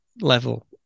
level